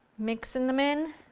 mixing them in